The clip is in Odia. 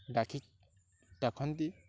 ଡାକି ଦେଖନ୍ତି